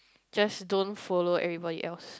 just don't follow everybody else